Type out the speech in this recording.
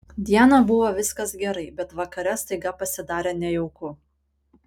dieną buvo viskas gerai bet vakare staiga pasidarė nejauku